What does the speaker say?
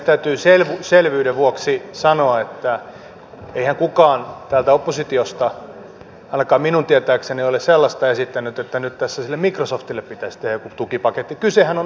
täytyy selvyyden vuoksi sanoa että eihän kukaan täältä oppositiosta ainakaan minun tietääkseni ole sellaista esittänyt että nyt tässä sille microsoftille pitäisi tehdä joku tukipaketti kysehän on näistä ihmisistä